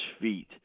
feet